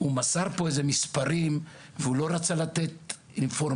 הוא מסר פה אילו שהם מספרים והוא לא רצה לתת אינפורמציות.